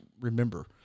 remember